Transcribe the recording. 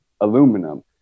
aluminum